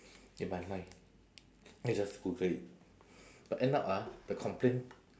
in my mind then I just google it but end up ah the complain